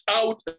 out